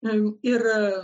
na ir